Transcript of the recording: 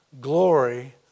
glory